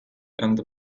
and